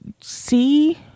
see